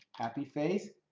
happy face.